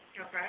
okay